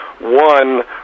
One